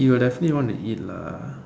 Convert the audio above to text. you will definitely want to eat lah